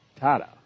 Tada